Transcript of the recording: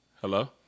Hello